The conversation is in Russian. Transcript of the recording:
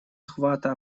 охвата